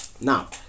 now